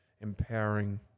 empowering